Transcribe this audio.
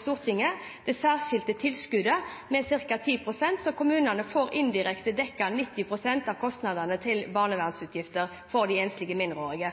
Stortinget det særskilte tilskuddet med ca. 10 pst., så kommunene får indirekte dekket 90 pst. av kostnadene til barnevern for de enslige mindreårige. I tillegg har regjeringen økt det særskilte tilskuddet til enslige mindreårige,